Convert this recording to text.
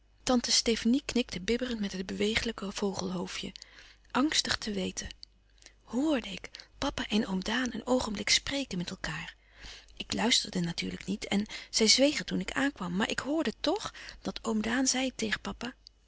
tante stefanie knikte bibberend met het bewegelijk vogelhoofdje angstig te weten horde ik papa en oom daan een oogenblik spreken met elkaâr ik luisterde natuurlijk niet en zij zwegen toen ik aankwam maar ik hoorde toch dat oom daan zei tegen papa